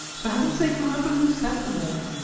for heaven's sake remember who sent them all.